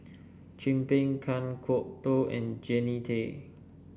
Chin Peng Kan Kwok Toh and Jannie Tay